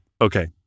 Okay